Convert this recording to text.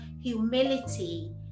humility